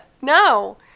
No